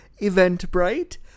Eventbrite